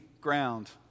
ground